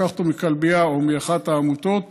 לקחת אותו מכלבייה או מאחת העמותות,